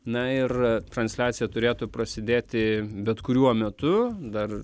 na ir transliacija turėtų prasidėti bet kuriuo metu dar